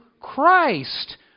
Christ